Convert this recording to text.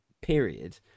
period